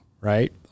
right